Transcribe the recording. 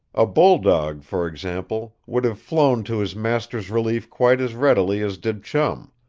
a bulldog, for example, would have flown to his master's relief quite as readily as did chum.